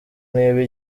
niba